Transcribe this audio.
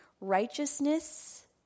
Righteousness